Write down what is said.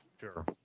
Sure